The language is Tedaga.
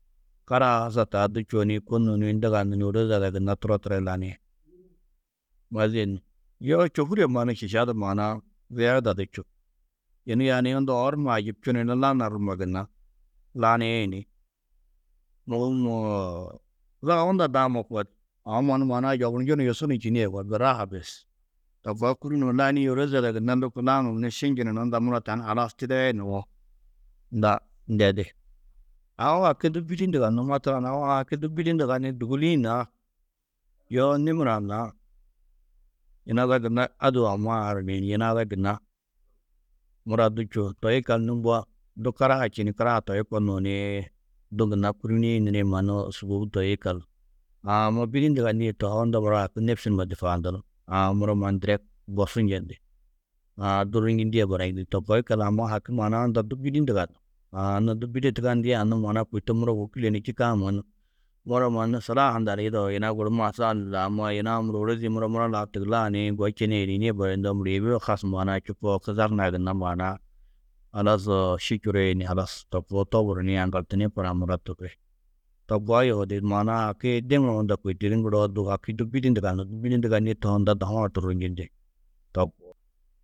Karahaa hasa ta du čûo ni kônuũ ni nduganu ni ôroze ada gunna turo turoo laniĩ. Mazîe nuũ! Yoo čôhure mannu šiša du maana-ã ziyadadu čûo. Yunu yaani unda oor numa ajubčunu ni lanar numa gunna laniĩ ni mûhum zaga unda daama koo. Aũ mannu maana-ã yoburnjunu yusu ni činîe yugó. Biraha bes. To koo kûrinuũ lanîĩ ôroze ada gunna lôko lanuũ ni šinjinu ni unda muro, tani halas tidee nuwo, unda ndedi. Aũ haki du bîdi nduganú. Matlan aũ a haki du bîdi nduganiĩ dûguli-ĩ naa, yoo nimir-ã naa, yina ada gunna adûo aũwaa haraniĩn? Yina ada gunna, mura du čûo. Toi yikallu nû mbo, du karaha čî ni, karaha ti hi kônuũ nii, du gunna kûruniĩ nirĩ mannu sûbou toi yikallu. Aã amma bîdi nduganîe tohoo, unda muro haki nêfsi numa difaandunú. Aã muro mannu direk gorsu njendi. Aã durrunjindîe barayindi, to koo yikallu amma haki maana-ã unda du bîdi nduganú. Aã anna du bîde tugandiã, anna maana-ã kôi to muro wôkule ni čîkã mannu, muro mannu sulaha hunda ni yidao, yina guru ma yunu-ã muro ôrozi-ĩ muro, muro lau tugulaa nii go čenîe yunu yinîe barayundoo muro, êboo has maana-ã čupoo, kusar hunã gunna maana-ã halas ši čurii ni halas to koo toburru nii agaltinĩ korã muro tûrri. To koo yohidi, maana-ã haki ndiŋuũ unda kôi to di ŋgiroo, du haki bîdi nduganú. Du bîdi nduganîe tohoo, unda dahu-ã durrunjindi to koo.